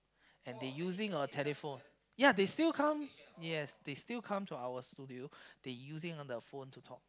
and they using a telephone ya they still come yes they still come to our studio they using on the phone to talk